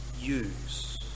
use